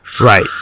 Right